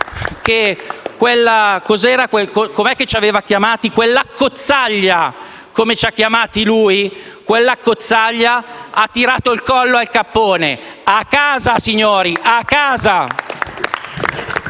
che quell'accozzaglia, come ci ha chiamati lui, ha tirato il collo al cappone. A casa, signori! A casa!